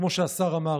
כמו שהשר אמר.